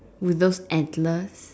with those antlers